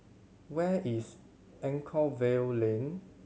where is Anchorvale Lane